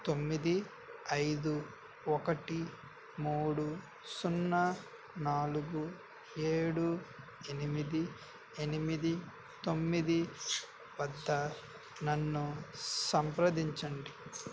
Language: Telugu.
తొమ్మిది ఐదు ఒకటి మూడు సున్నా నాలుగు ఏడు ఎనిమిది ఎనిమిది తొమ్మిది వద్ద నన్ను సంప్రదించండి